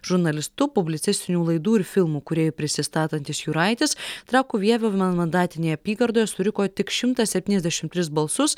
žurnalistu publicistinių laidų ir filmų kūrėju prisistatantis juraitis trakų vievio vienmandatinėje apygardoje suriko tik šimtą septyniasdešim tris balsus